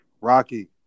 Rocky